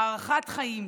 הארכת חיים,